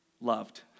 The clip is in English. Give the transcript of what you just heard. loved